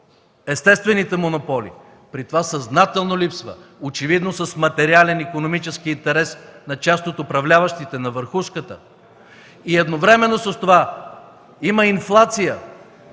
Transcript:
естествените монополи, при това съзнателно липсва, очевидно с материален икономически интерес на част от управляващите, от върхушката и едновременно с това има 30% инфлация